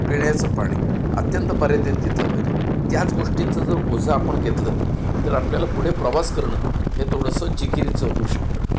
पिण्याचे पाणी अत्यंत मर्यादित घेतले पाहिजे त्याच गोष्टींचा जर ओझे आपण घेतले तर आपल्याला पुढे प्रवास करणे हे थोडेसे जिकिरीचे होऊ शकते